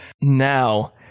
Now